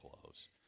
close